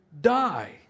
Die